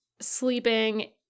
sleeping